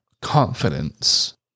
confidence